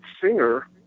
singer